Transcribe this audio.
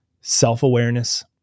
self-awareness